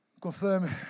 confirm